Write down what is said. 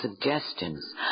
suggestions